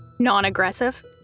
Non-aggressive